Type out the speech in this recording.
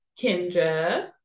Kendra